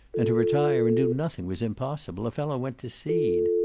and to retire and do nothing was impossible. a fellow went to seed.